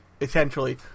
essentially